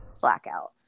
blackout